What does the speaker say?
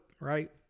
right